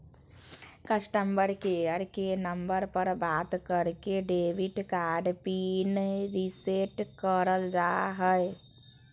customer care के number पर बात करके डेबिट कार्ड पिन रीसेट करल जा हय